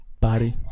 Body